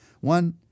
One